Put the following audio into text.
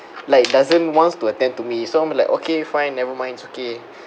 like doesn't wants to attend to me so I'm like okay fine nevermind it's okay